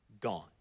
gone